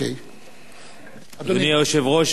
אדוני היושב-ראש,